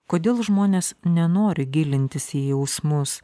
kodėl žmonės nenori gilintis į jausmus